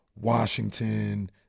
Washington